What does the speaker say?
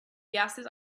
gases